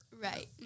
Right